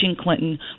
Clinton